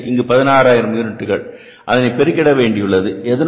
எனவே இங்கு 16000 யூனிட்டுகள் அதனை பெருகிட வேண்டியுள்ளது